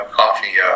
coffee